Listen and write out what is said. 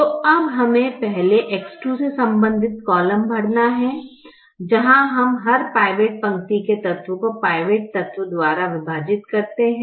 तो अब हमें पहले X2 से संबंधित कॉलम भरना है जहां हम हर पिवोट पंक्ति के तत्व को पिवोट तत्व द्वारा विभाजित करते हैं